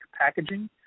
packaging